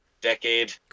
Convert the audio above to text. decade